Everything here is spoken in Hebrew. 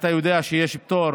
ואתה יודע שיש פטור